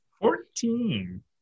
Fourteen